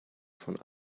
von